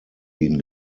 ihn